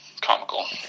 comical